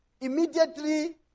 immediately